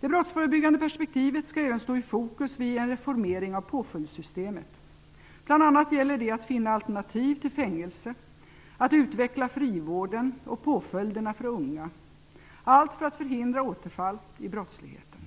Det brottsförebyggande perspektivet skall även stå i fokus vid en reformering av påföljdssystemet. Bl.a. gäller det att finna alternativ till fängelse och att utveckla frivården och påföljderna för unga, allt för att förhindra återfall i brottsligheten.